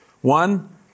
One